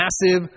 massive